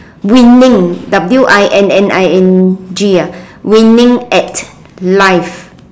winning w_i_n_n_i_n_g ya winning at life